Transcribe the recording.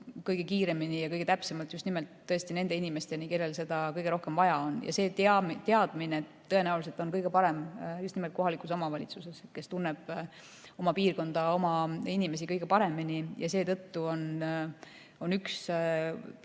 kõige kiiremini ja kõige täpsemalt just nimelt nende inimesteni, kellel seda kõige rohkem vaja on. See teadmine on tõenäoliselt kõige parem just nimelt kohalikus omavalitsuses, kes tunneb oma piirkonda ja oma inimesi kõige paremini. Seetõttu on üks